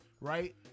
right